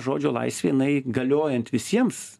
žodžio laisvė jinai galiojant visiems